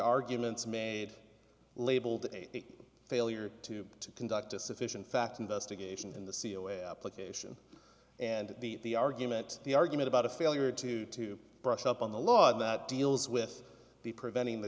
arguments made labeled a failure to to conduct a sufficient fact investigation in the c e o application and the argument the argument about a failure to to brush up on the law that deals with the preventing the